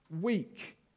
weak